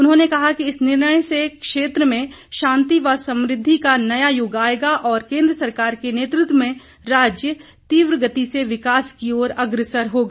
उन्होंने कहा कि इस निर्णय से क्षेत्र में शांति व समृद्धि का नया युग आएगा और केन्द्र सरकार के नेतृत्व में राज्य तीव्र गति से विकास की ओर अग्रसर होगा